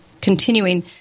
continuing